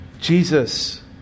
Jesus